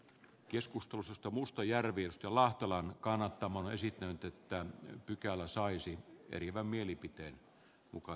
keskustelu sattumustajärvi lahtelan kannattamana esittänyt että pykälä saisi eriävän kannatan ed